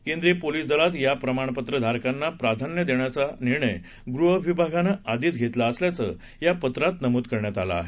केंद्रीय पोलीस दलात या प्रमाणपत्र धारकांना प्राधान्य देण्याचा निर्णय गृह विभागानं आधीच घेतला असल्याचं या पत्रात नमूद केलं आहे